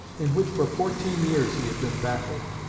in which for fourteen years he had been baffled.